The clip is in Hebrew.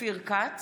אופיר כץ,